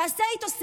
תעשה איתו שיחה,